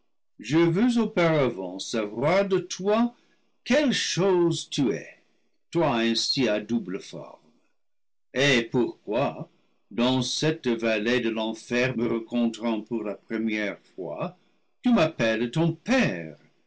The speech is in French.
je veux auparà vaut savoir de toi quelle chose tu es toi ainsi à double forme et pourquoi dans cette vallée de l'enfer me rencontrant pour la première fois lu m'appelles ton père